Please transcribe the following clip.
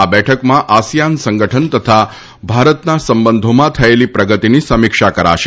આ બેઠકમાં આસીયાન સંગઠન તથા ભારતના સંબંધોમાં થયેલી પ્રગતીની સમીક્ષા કરાશે